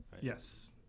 Yes